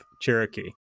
Cherokee